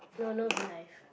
you're no behind